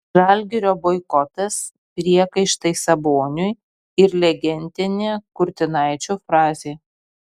žalgirio boikotas priekaištai saboniui ir legendinė kurtinaičio frazė